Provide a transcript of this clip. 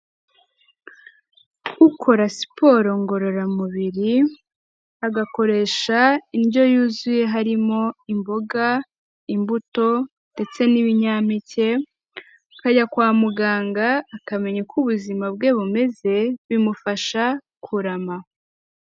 Ukora siporo ngororamubiri, agakoresha indyo yuzuye harimo imboga, imbuto, ndetse n'ibinyampeke, akajya kwa muganga akamenya uko ubuzima bwe bumeze bimufasha kurama.